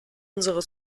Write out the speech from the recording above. unsere